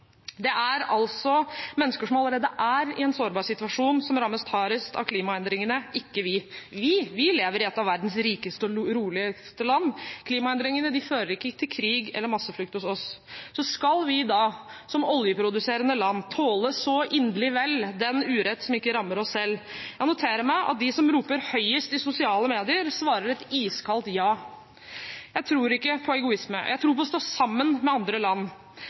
Det er altså mennesker som allerede er i en sårbar situasjon, som rammes hardest av klimaendringene, ikke vi – vi lever i et av verdens rikeste og roligste land, klimaendringene fører ikke til krig eller masseflukt hos oss. Skal vi da, som oljeproduserende land, tåle så inderlig vel den urett som ikke rammer oss selv? Jeg noterer meg at de som roper høyest i sosiale medier, svarer et iskaldt ja. Jeg tror ikke på egoisme. Jeg tror på å stå sammen med andre land.